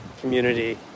community